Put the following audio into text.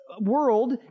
world